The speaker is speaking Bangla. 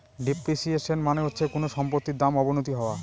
ডেপ্রিসিয়েশন মানে হচ্ছে কোনো সম্পত্তির দাম অবনতি হওয়া